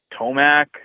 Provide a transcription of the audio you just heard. Tomac